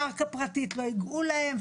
קרקע פרטית לא יגעו להם,